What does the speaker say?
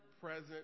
present